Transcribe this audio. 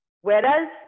Whereas